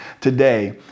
today